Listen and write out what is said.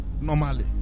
normally